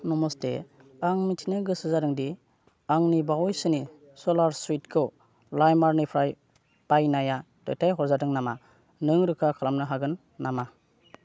नमस्ते आं मिथिनो गोसो जादों दि आंनि बावैसोनि सालवार सुटखौ लाइमारनिफ्राय बायनाया दैथाय हरजादों नामा नों रोखा खालामनो हागोन नामा